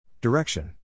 Direction